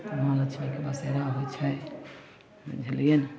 तऽ माँ लक्ष्मीके बसेरा होइ छै बुझलिए ने